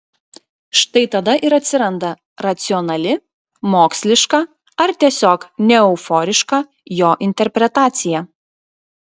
štai tada ir atsiranda racionali moksliška ar tiesiog neeuforiška jo interpretacija